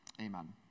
Amen